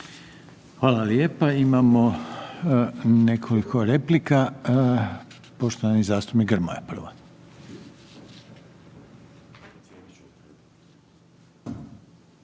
Hvala lijepa. Imamo nekoliko replika. Poštovani zastupnik Grmoja prvo.